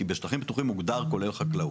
כי שטחים מוגדר כולל חקלאות.